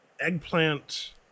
eggplant